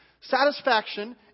Satisfaction